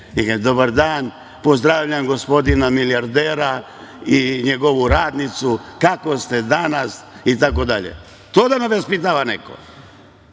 kažemo – dobar dan, pozdravljam gospodina milijardera i njegovu radnicu, kako ste danas i tako dalje. To da nas vaspitava neko.